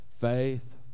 Faith